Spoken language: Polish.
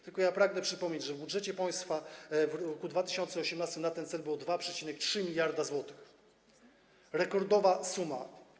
Tylko pragnę przypomnieć, że w budżecie państwa w roku 2018 na ten cel było 2,3 mld zł, rekordowa suma.